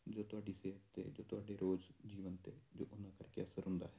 ਜੋ ਤੁਹਾਡੀ ਸਿਹਤ 'ਤੇ ਜੋ ਤੁਹਾਡੇ ਰੋਜ਼ ਜੀਵਨ 'ਤੇ ਜੋ ਉਹਨਾਂ ਕਰਕੇ ਅਸਰ ਹੁੰਦਾ ਹੈ